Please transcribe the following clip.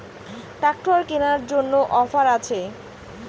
Tractor কেনার জন্য offer আছে?